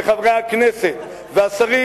שחברי הכנסת והשרים,